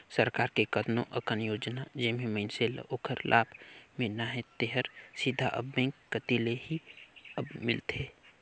सरकार के कतनो अकन योजना जेम्हें मइनसे ल ओखर लाभ मिलना हे तेहर सीधा अब बेंक कति ले ही अब मिलथे